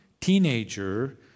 teenager